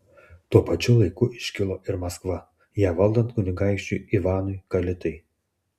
tuo pačiu laiku iškilo ir maskva ją valdant kunigaikščiui ivanui kalitai